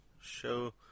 Show